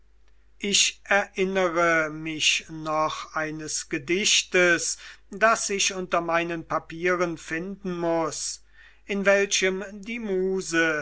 ich erinnere mich noch eines gedichtes das sich unter meinen papieren finden muß in welchem die muse